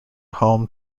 home